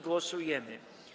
Głosujemy.